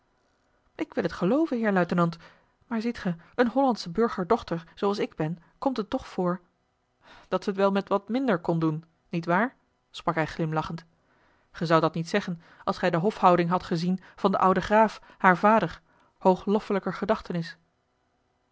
ik wil t gelooven heer luitenant maar ziet gij eene hollandsche burgerdochter zooals ik ben komt het toch voor dat ze het wel met wat minder kon doen niet waar sprak hij glimlachend ge zoudt dat niet zeggen als gij de hofhouding had gezien van den ouden graaf haar vader hoogloffelijker gedachtenis